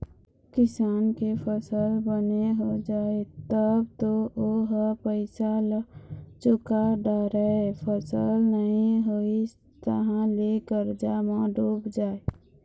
किसान के फसल बने हो जाए तब तो ओ ह पइसा ल चूका डारय, फसल नइ होइस तहाँ ले करजा म डूब जाए